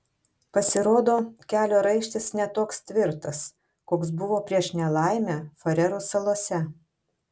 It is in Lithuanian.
pasirodo kelio raištis ne toks tvirtas koks buvo prieš nelaimę farerų salose